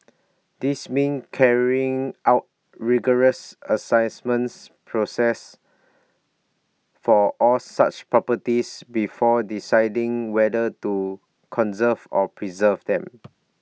this means carrying out rigorous Assessment process for all such properties before deciding whether to conserve or preserve them